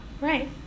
Right